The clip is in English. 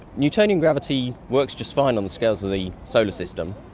newtonian gravity works just find on the scales of the solar system.